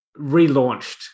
relaunched